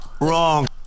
Wrong